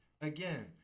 again